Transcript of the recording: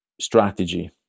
strategy